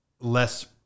less